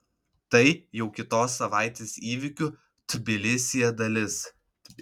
tai jau kitos savaitės įvykių tbilisyje dalis